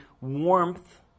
warmth